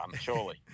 surely